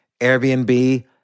Airbnb